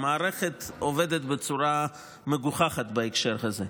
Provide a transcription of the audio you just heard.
המערכת עובדת בצורה מגוחכת בהקשר הזה.